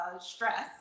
stress